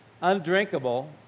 undrinkable